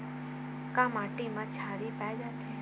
का माटी मा क्षारीय पाए जाथे?